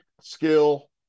skill